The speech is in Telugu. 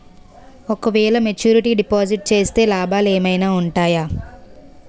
ఓ క వేల మెచ్యూరిటీ డిపాజిట్ చేస్తే లాభాలు ఏమైనా ఉంటాయా?